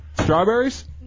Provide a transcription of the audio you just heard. Strawberries